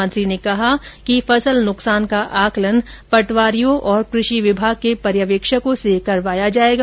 मंत्री ने कहा कि फसल नुकसान का आकलन पॅटवारियों और कृषि विमाग के पर्यवेक्षकों से करवाया जाएगा